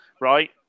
right